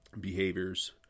behaviors